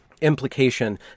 implication